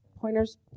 Pointers